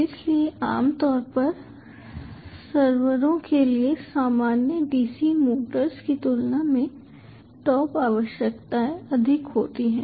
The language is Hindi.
इसलिए आम तौर पर सर्वरों के लिए सामान्य dc मोटर्स की तुलना में टॉप आवश्यकताएं अधिक होती हैं